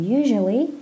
usually